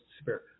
spirit